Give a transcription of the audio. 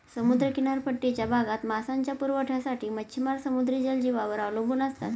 समुद्र किनारपट्टीच्या भागात मांसाच्या पुरवठ्यासाठी मच्छिमार समुद्री जलजीवांवर अवलंबून असतात